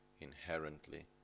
inherently